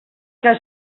que